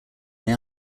they